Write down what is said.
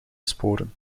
sporen